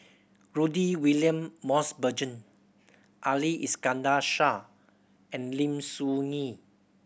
Rudy William Mosbergen Ali Iskandar Shah and Lim Soo Ngee